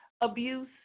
abuse